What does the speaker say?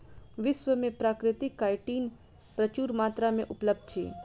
विश्व में प्राकृतिक काइटिन प्रचुर मात्रा में उपलब्ध अछि